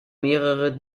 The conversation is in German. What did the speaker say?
mehrere